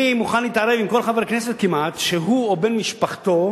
אני מוכן להתערב עם כל חבר כנסת כמעט שהוא או בן משפחתו,